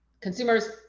Consumers